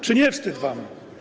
Czy nie wstyd wam.